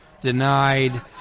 denied